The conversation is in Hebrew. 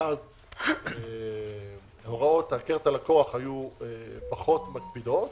שאז הוראות הכר את הלקוח היו פחות מקפידות,